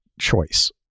choice